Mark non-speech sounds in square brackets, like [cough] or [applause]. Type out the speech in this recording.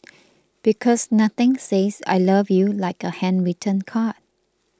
[noise] because nothing says I love you like a handwritten card